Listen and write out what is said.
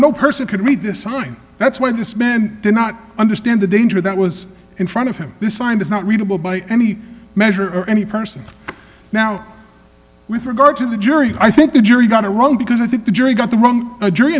no person could read this sign that's why this man did not understand the danger that was in front of him this sign is not readable by any measure or any person now with regard to the jury i think the jury got it wrong because i think the jury got the wrong a jury